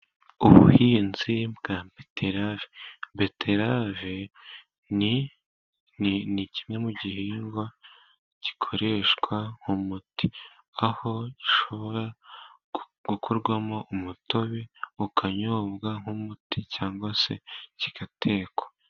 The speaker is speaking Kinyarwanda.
Ubuhinzi bwa beteve, beterave ni ni kimwe mu gihingwa gikoreshwa mu muti, aho gishobora gukorwamo umutobe ukanyobwa nk'umuti, cyangwa se kigatekwa.